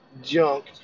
junk